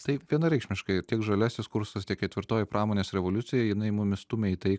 tai vienareikšmiškai tiek žaliasis kursas tiek ketvirtoji pramonės revoliucija jinai mumis stumia į tai